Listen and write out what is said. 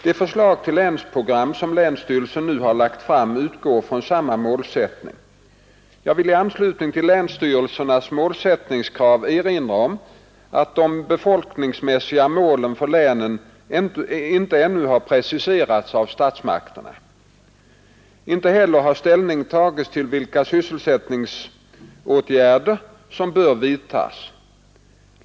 Det förslag till länsprogram som länsstyrelsen nu har lagt fram utgår från samma målsättning. Jag vill i anslutning till länsstyrelsernas målsättningskrav erinra om att de befolkningsmässiga målen för länen ännu inte har preciserats av statsmakterna. Inte heller har ställning tagits till vilka sysselsättningsåtgärder som bör vidtas.